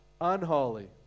unholy